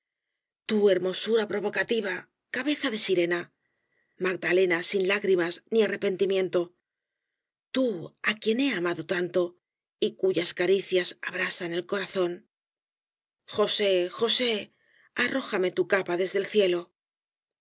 tú hermosura provocativa cabeza de sirena magdalena sin lágrimas ni arrepentimiento tú á quien he amado tanto y cuyas caricias abrasan el corazón josé josé arrójame tu capa desde el cielo